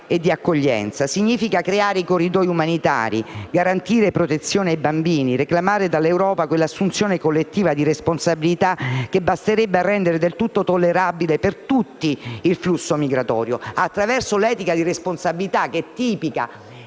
Significa creare corridoi umanitari, garantire protezione ai bambini, reclamare dall'Europa quell'assunzione collettiva di responsabilità che basterebbe a rendere del tutto tollerabile per tutti il flusso migratorio, attraverso l'etica di responsabilità che è tipica